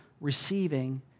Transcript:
receiving